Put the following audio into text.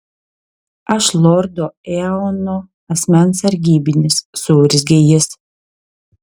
aš lordo eono asmens sargybinis suurzgė jis